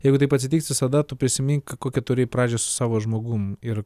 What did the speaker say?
jeigu taip atsitiks visada tu prisimink kokią turėjai pradžią su savo žmogum ir